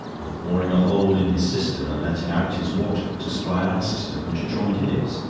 of boring a hole in his cistern and letting out his water to supply our cistern, which adjoined his.